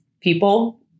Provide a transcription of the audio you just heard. people